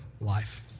life